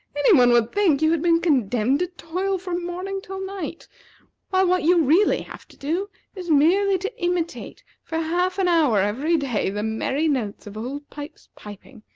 any one would think you had been condemned to toil from morning till night while what you really have to do is merely to imitate for half an hour every day the merry notes of old pipes's piping.